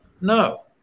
No